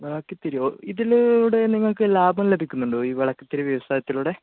വിളക്കുതിരിയോ ഇതിലൂടെ നിങ്ങൾക്ക് ലാഭം ലഭിക്കുന്നുണ്ടോ ഈ വിളക്കുതിരി വ്യവസായത്തിലൂടെ